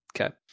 Okay